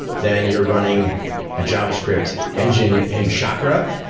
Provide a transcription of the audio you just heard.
then you're running a javascript engine in chakra.